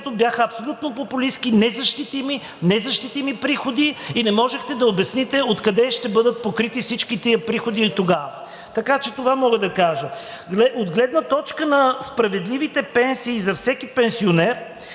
бяха абсолютно популистки, незащитими преходи и не можехте да обясните откъде ще бъдат покрити всички тези приходи тогава. Така че това мога да кажа. От гледна точка на справедливите пенсии за всеки пенсионер